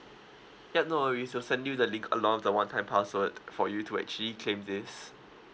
ya no worries we'll send you the link along with the one time password for you to actually claim this